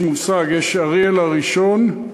יש מושג: יש אריאל הראשון,